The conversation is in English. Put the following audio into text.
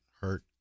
hurt